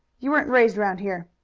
you weren't raised around here.